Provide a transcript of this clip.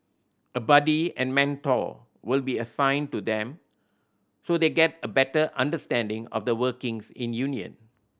a buddy and mentor will be assigned to them so they get a better understanding of the workings in union